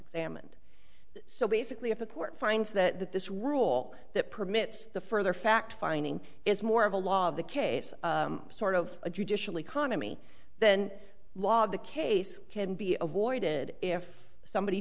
examined so basically if the court finds that this rule that permits the further fact finding is more of a law of the case sort of a judicial economy then law the case can be avoided if somebody